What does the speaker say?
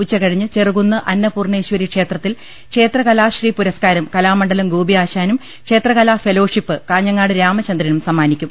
ഉച്ചകഴിഞ്ഞ് ചെറുകുന്ന് അന്നപൂർണേശ്വരി ക്ഷേത്ര ത്തിൽ ക്ഷേത്രകലാശ്രീ പുരസ്കാരം കലാമണ്ഡലം ഗോപി ആശാ നും ക്ഷേത്രകലാ ഫെലോഷിപ്പ് കാഞ്ഞങ്ങാട് രാമചന്ദ്രനുംസമ്മാ നിക്കും